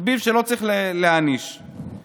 תחביב שלא צריך להעניש עליו.